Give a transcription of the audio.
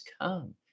come